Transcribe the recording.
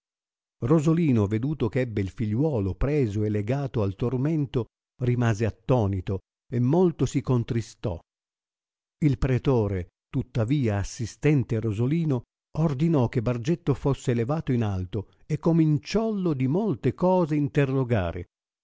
rosolino veduto ch'ebbe il figliuolo preso e legato al tormento rimase attonito e molto si contristò il pretore tuttavia assistente rosolino ordinò che bargetto fosse levato in alto e cominciollo di molte cose interrogare